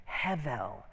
hevel